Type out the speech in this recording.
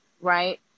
right